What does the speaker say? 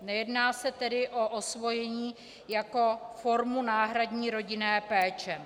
Nejedná se tedy o osvojení jako formu náhradní rodinné péče.